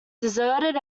deserted